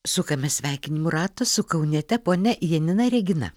sukame sveikinimų ratą su kauniete ponia janina regina